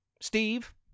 Steve